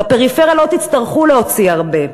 בפריפריה לא תצטרכו להוציא הרבה.